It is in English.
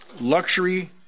luxury